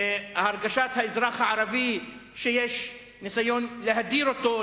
הרגשת האזרח הערבי שיש ניסיון להדיר אותו,